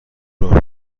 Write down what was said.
راهرو